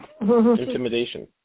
intimidation